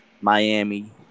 Miami